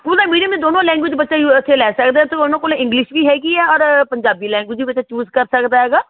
school ਦਾ medium ਦੋਨੋਂ language ਬੱਚਾ ਯੂ ਇੱਥੇ ਲੈ ਸਕਦਾ ਅਤੇ ਉਹਨਾਂ ਕੋਲ ਇੰਗਲਿਸ਼ ਵੀ ਹੈਗੀ ਆ ਔਰ ਪੰਜਾਬੀ ਲੈਂਗੁਏਜ ਵੀ ਬੱਚਾ ਚੂਜ਼ ਕਰ ਸਕਦਾ ਹੈਗਾ